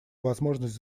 возможность